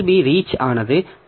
B reach ஆனது D